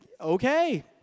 okay